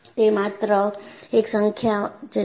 તે માત્ર એક સંખ્યા જ છે